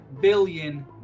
billion